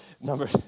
Number